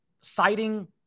citing